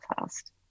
fast